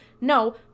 no